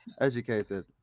educated